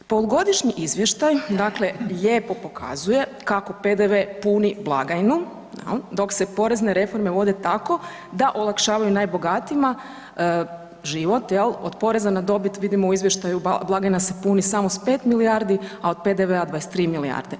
Polugodišnji izvještaj, dakle lijepo pokazuje kako PDV puni blagajnu, je li, dok se porezne reforme vode tako da olakšavaju najbogatijima život, je li, od poreza na dobit, vidimo u izvještaju, blagajna se puni samo s 5 milijardi, a od PDV-a 23 milijarde.